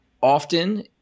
often